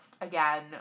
Again